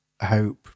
Hope